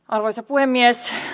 arvoisa puhemies